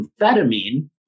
amphetamine